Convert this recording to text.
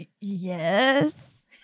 Yes